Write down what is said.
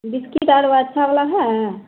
biscuit और वह अच्छा वाला है